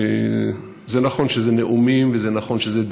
נכון שאלה נאומים ונכון שאלה דיונים,